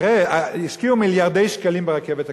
לא, תראה, השקיעו מיליארדי שקלים ברכבת הקלה.